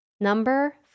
Number